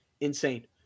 insane